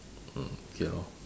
mm okay lor